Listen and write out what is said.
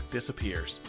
disappears